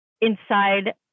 inside